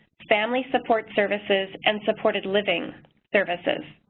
family support services, and supported living services.